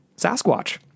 Sasquatch